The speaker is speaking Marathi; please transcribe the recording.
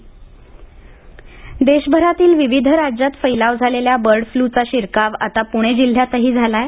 बर्ड फ्ल देशभरातील विविध राज्यात फैलाव झालेल्या बर्ड फ्लूचा शिरकाव आता पुणे जिल्ह्यातही झाला आहे